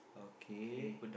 okay